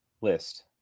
list